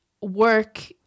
work